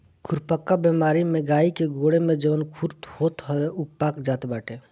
खुरपका बेमारी में गाई के गोड़े में जवन खुर होत हवे उ पाक जात बाटे